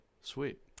sweet